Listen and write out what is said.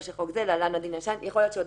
של חוק זה (להלן: הדין הישן)." יכול להיות שעוד